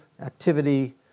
activity